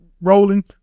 rolling